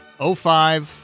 05